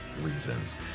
reasons